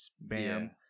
bam